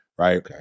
Right